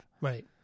Right